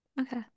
Okay